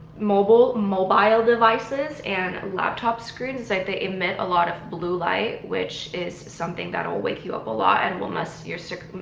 mobile. mobile devices and laptop screens is like they emit a lot of blue light which is something that will wake you up a lot and will mess your circa.